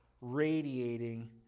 radiating